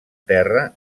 terra